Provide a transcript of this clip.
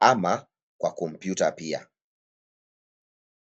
ama kwa kompyuta pia.